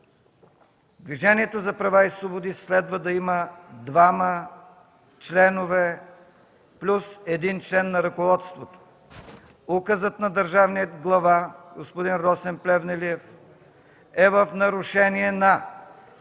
Движението за права и свободи следва да има двама членове плюс един член на ръководството. Указът на Държавния глава господин Росен Плевнелиев е в нарушение на